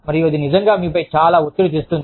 మరియు అది నిజంగా మీపై చాలా ఒత్తిడి తెస్తుంది